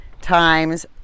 times